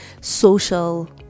social